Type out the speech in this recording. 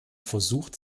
versucht